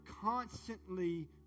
constantly